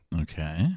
okay